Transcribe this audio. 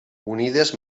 unides